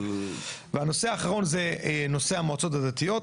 אבל --- והנושא האחרון זה נושא המועצות הדתיות.